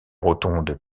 rotonde